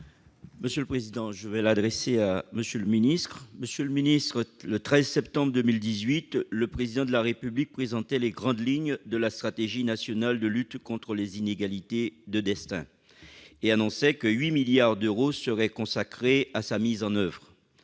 solidarités et de la santé. Monsieur le secrétaire d'État, le 13 septembre 2018, le Président de la République présentait les grandes lignes de la stratégie nationale de lutte contre les « inégalités de destin » et annonçait que 8 milliards d'euros seraient consacrés à sa mise en oeuvre.